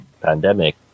pandemic